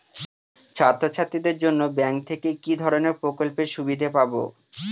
ছাত্রছাত্রীদের জন্য ব্যাঙ্ক থেকে কি ধরণের প্রকল্পের সুবিধে পাবো?